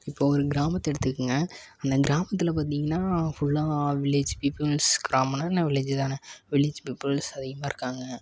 இப்போ ஒரு கிராமத்தை எடுத்துக்கங்க அந்த கிராமத்தில் பார்த்திங்கனா ஃபுல்லாக வில்லேஜ் பீப்புல்ஸ் கிராமன்னால் என்ன வில்லேஜ் தானே வில்லேஜ் பீப்புல்ஸ் அதிகமாக இருக்காங்க